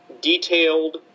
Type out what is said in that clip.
detailed